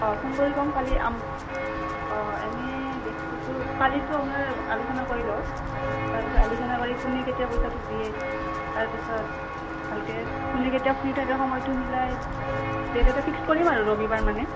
অঁ ফোন কৰি ক'ম কালি আম অঁ এনেই ডে'টটোতো কালিতো আপোনাৰ আলোচনা কৰি লওঁ তাৰপিছত আলোচনা কৰি কোনে কেতিয়া পইচাটো দিয়ে তাৰপিছত ভালকৈ কোনে কেতিয়া ফ্ৰী থাকে সময়টো মিলাই ডে'ট এটা ফিক্স কৰিম আৰু ৰবিবাৰ মানে